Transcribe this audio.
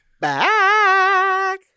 Back